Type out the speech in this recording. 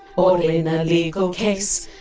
or in a legal case,